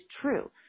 true